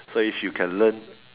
so if you can learn